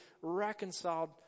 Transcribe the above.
reconciled